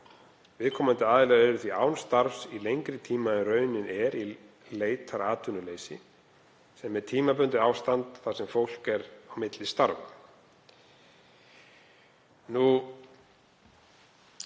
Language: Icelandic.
Viðkomandi aðilar eru því án starfs í lengri tíma en raunin er í leitaratvinnuleysi sem er tímabundið ástand þar sem fólk er á milli starfa.